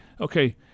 okay